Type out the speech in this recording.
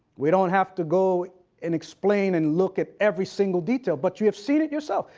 we don't have to go and explain and look at every single detail but you have seen it yourself.